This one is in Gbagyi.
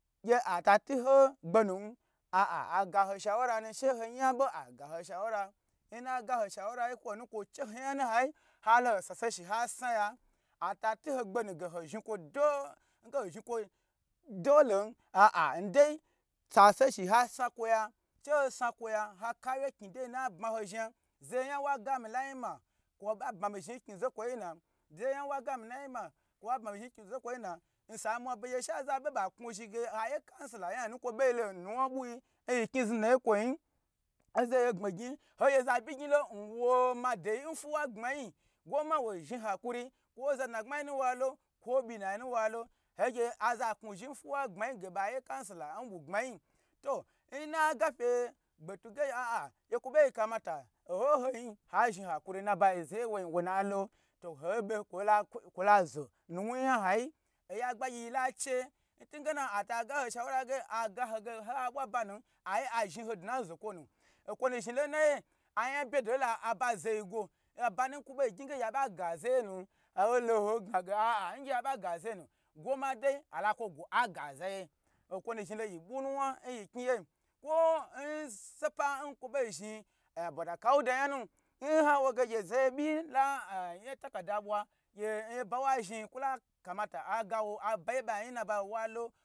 Gye ata tu ho gbenu a'a agaho shawarana she ho nya ɓo agaho shawara, nna ga ho shawara yi kwonu kwo che ho nyanu hai halo hoi sase shi ha snaya ata tu ho gbe nu ge ho zhni kwo do-o nge ho zhni kwo dolen a'a ndei seha se shi ha sna kwoya she ho sna kwoya ha kauye knyi dei nu'a bma ho zhmia, zeye nya nwa gami lai ma kwo ɓa bmami zhni ri knyi zo kwo yi nu'a? Zeye nya nwa gami lai ma kwo ɓa bma mi zhni n knyi zokwo yi nu'a. N sai mua begye sha zaza ɓe ɓa knwuzhi ge ɓo ye kansila onya num kwo ɓeilo n nuwna ɓwui. Nyi knyi znudnaye kwoi nyi, ozaye gbni gniji ho gye za i gnyilo nwo madei n fuuwa gbmanyi gwoma wo zhni hakuri kwo zadugbmai nu wali kwo byi nainu walo hogye aza knwu zhi n fuuwa gbmanyi ge ɓa ye kansila nɓu gbmanyi to nnaga fye gbetu ge a'a kwo ɓei kamata oho honyi zhni hakuri nnaɓai zeye nwoin owonu'a lo to hoɓe kwola zo nuwnu nya nhiyi oya gbagyi yila che ntungena ata gaho sha wura ge hoye ha ɓwui abanu aye azhni ho dna n zokwo nu, okwo nu zhni lo nnaiye anya bye do la aɓa zoyi gwo abanu kwo ɓei giyi ge aɓa zeyanu holo hoi gnage a'a ngye aɓa gazeyenu gomadei ala kwo gwo aga zeye okwonu zhni lo yi ɓwui nuwna nnyi kmyi ye kwo n sopa nkwo ɓei zhni a bwada kauda nyanu nhawoge gye zeye byi la takada ɓwa gye oba nwa zhni kwo la kamata agawo abeye n benyi nyi nna bai walo